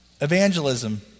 evangelism